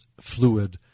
fluid